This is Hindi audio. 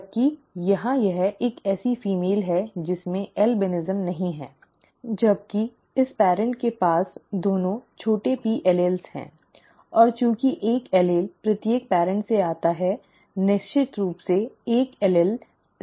जबकि यहाँ यह एक ऐसी फीमेल है जिसमें अल्बिनिज़म नहीं है ठीक है जबकि इस पेअरॅन्ट के पास दोनों छोटे p एलील्स हैं और चूंकि एक एलील प्रत्येक पेअरॅन्ट से आता है निश्चित रूप से एक एलील्स p है